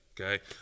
okay